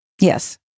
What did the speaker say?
Yes